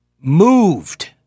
moved